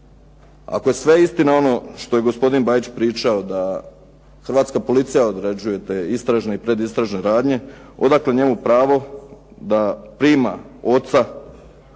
Ako je sve istina ono što je gospodin Bajić pričao da hrvatska policija odrađuje te istražne i pred istražne radnje odakle njemu pravo da prima oca